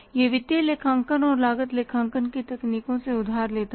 यह वित्तीय लेखांकन और लागत लेखांकन की तकनीकों से उधार लेता है